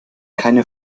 keine